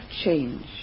change